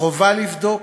חובה לבדוק,